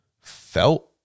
felt